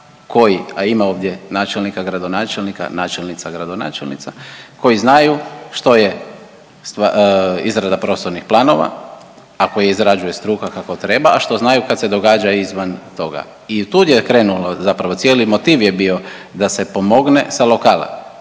koji, a ima ovdje načelnika, gradonačelnika, načelnica, gradonačelnica koji znaju što je izrada prostornih planova, ako je izrađuje struka kako treba, a što znaju kad se događa izvan toga i od tud je krenulo, zapravo cijeli motiv je bio da se pomogne sa lokala.